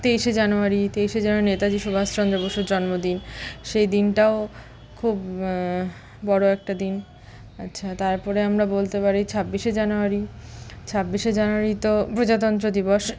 তেইশে জানুয়ারি তেইশে জানুয়ারি নেতাজি সুভাষচন্দ্র বসুর জন্মদিন সেই দিনটাও খুব বড়ো একটা দিন আচ্ছা তারপরে আমরা বলতে পারি ছাব্বিশে জানুয়ারি ছাব্বিশে জানুয়ারি তো প্রজাতন্ত্র দিবস